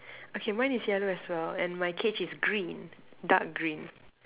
okay mine is yellow as well and my cage is green dark green